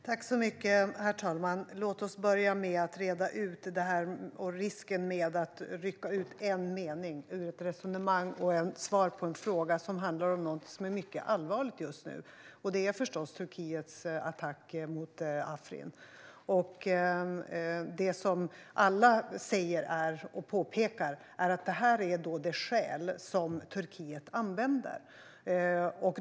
Herr talman! Det finns risker med att rycka ut en mening ur ett resonemang. Frågan handlar om någonting som händer just nu och är mycket allvarligt. Det gäller förstås Turkiets attack mot Afrin. Det som alla påpekar är att detta är det skäl som Turkiet använder.